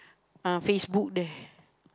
uh Facebook there